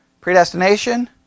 predestination